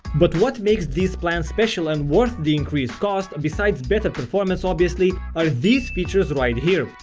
but what makes these plans special and worth the increased cost besides better performance obviously are these features right here.